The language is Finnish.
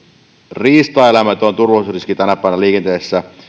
riistaeläimet ovat turvallisuusriski tänä päivänä liikenteessä